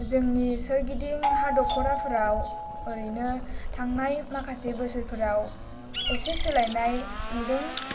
जोंनि सोरगिदिं हा दख'राफोराव ओरैनो थांनाय माखासे बोसोरफोराव एसे सोलायनाय नुदों